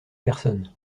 personne